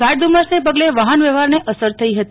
ગાઢ ધુમ્મસને પગલે વાફનવ્યવફારને અસર થઈ ફતી